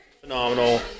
phenomenal